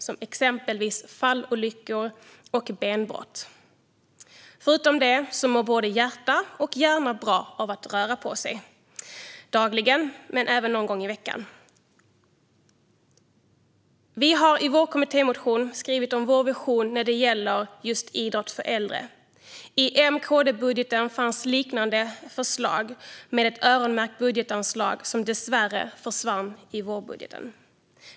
Det kan exempelvis handla om fallolyckor och benbrott. Förutom detta mår både hjärta och hjärna bra av att vi rör på oss dagligen - men även någon gång i veckan. Vi har i vår kommittémotion skrivit om vår vision när det gäller just idrott för äldre. I M-KD-budgeten fanns liknande förslag med ett öronmärkt budgetanslag, som dessvärre försvann i vårbudgeten.